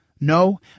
No